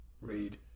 read